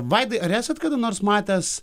vaidai ar esat kada nors matęs